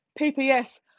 PPS